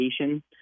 education